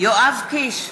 יואב קיש,